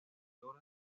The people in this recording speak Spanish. obra